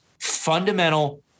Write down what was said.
fundamental